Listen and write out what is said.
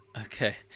Okay